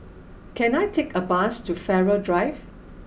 can I take a bus to Farrer Drive